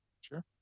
Sure